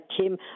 Tim